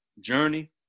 journey